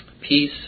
peace